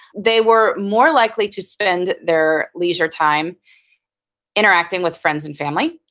they were more likely to spend their leisure time interacting with friends and family.